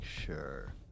sure